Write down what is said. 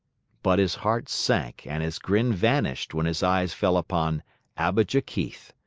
but his heart sank and his grin vanished when his eyes fell upon abijah keith.